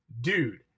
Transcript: dude